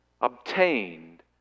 obtained